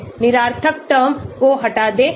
निरर्थक टर्म को हटा दें